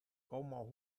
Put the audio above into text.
como